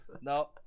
No